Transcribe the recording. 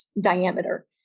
diameter